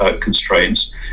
constraints